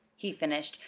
he finished,